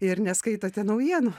ir neskaitote naujienų